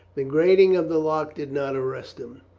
the grating of the lock did not arrest him.